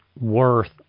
worth